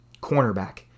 Cornerback